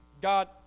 God